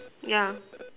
yeah